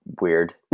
weird